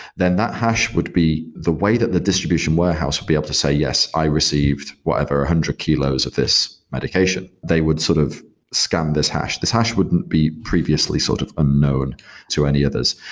then that hash would be the way that the distribution warehouse will be able to say, yes, i received, whatever, one hundred kilos of this medication. they would sort of scan this hash. this hash wouldn't be previously sort of unknown to any others.